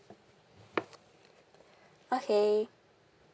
okay